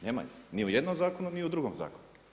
Nema ih ni u jednom zakonu, ni u drugom zakonu.